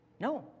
No